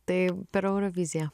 tai per euroviziją